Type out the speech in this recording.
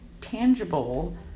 tangible